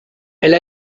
elle